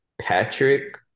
Patrick